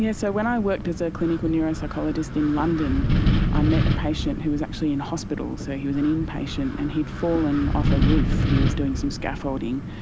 yeah so when i worked as a clinical neuropsychologist in london i met a patient who was actually in hospital, so he was an in-patient, and he'd fallen off a roof, he was doing some scaffolding.